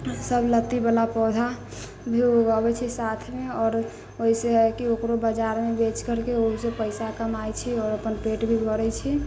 सभ लत्तीवला पौधा भी उगबैत छी साथमे आओर ओहिसँ हइ कि ओकरो बजारमे बेच करके ओहोसँ पैसा कमाइत छी आओर अपन पेट भी भरैत छी